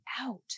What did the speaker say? out